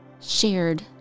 shared